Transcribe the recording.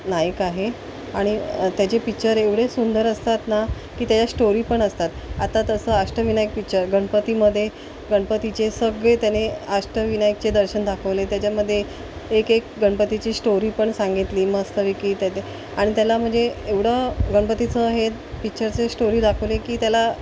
नाईक आहे आणि त्याचे पिच्चर एवढे सुंदर असतात ना की त्याच्यात स्टोरी पण असतात आता तसं अष्टविनायक पिच्चर गणपतीमध्ये गणपतीचे सगळे त्याने अष्टविनायकाचे दर्शन दाखवले त्याच्यामध्ये एक एक गणपतीची स्टोरी पण सांगितली मस्तपैकी त्यात आणि त्याला म्हणजे एवढं गणपतीचं हे पिच्चरचे स्टोरी दाखवले की त्याला